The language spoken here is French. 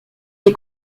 des